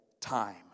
time